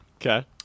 Okay